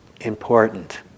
important